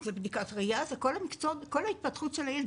זה בדיקת ראייה, זה כל ההתפתחות של הילד.